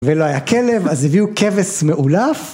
ולא היה כלב אז הביאו כבש מאולף